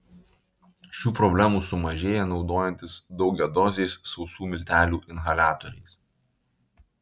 šių problemų sumažėja naudojantis daugiadoziais sausų miltelių inhaliatoriais